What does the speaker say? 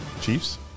Chiefs